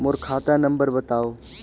मोर खाता नम्बर बताव?